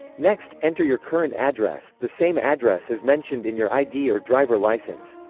next, enter your current address, the same address as mentioned in your id or driver license